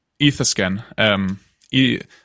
EtherScan